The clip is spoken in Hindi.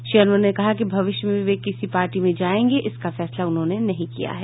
श्री अनवर ने कहा कि भविष्य में वे किसी पार्टी में जायेंगे इसका फैसला उन्होंने नहीं किया है